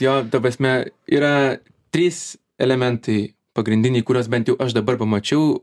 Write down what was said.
jo ta prasme yra trys elementai pagrindiniai kuriuos bent jau aš dabar pamačiau